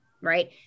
right